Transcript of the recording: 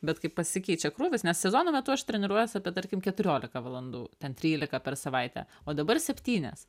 bet kai pasikeičia krūvis nes sezono metu aš treniruojuos apie tarkim keturiolika valandų ten trylika per savaitę o dabar septynias